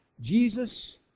Jesus